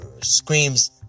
screams